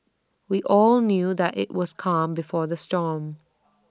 we all knew that IT was calm before the storm